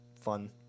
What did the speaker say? Fun